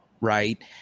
right